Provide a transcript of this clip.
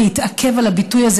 להתעכב על הביטוי הזה,